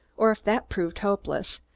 or, if that prove hopeless,